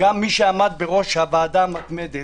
גם מי שעמד בראש הוועדה המתמדת